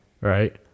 Right